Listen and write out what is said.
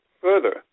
further